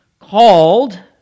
Called